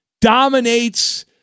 Dominates